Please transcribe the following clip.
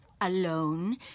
alone